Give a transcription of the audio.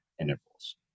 intervals